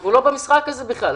אנחנו לא במשחק הזה בכלל.